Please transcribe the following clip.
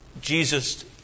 Jesus